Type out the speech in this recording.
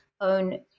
own